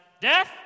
Death